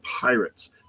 pirates